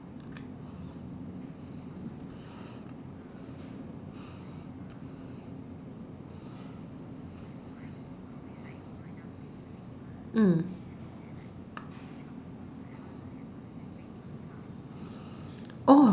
mm